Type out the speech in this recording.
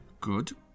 good